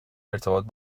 ارتباط